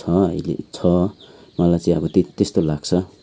छ अहिले छ मलाई चाहिँ अब त्यत त्यस्तो लाग्छ